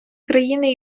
країни